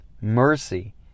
Mercy